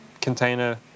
container